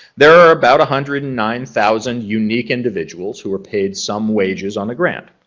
there are about a hundred and nine thousand unique individuals who are paid some wages on the grant.